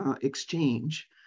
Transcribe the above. exchange